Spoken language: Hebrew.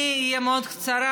אני אהיה מאוד קצרה,